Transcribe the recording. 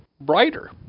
brighter